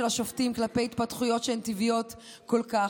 השופטים כלפי התפתחויות שהן טבעיות כל כך.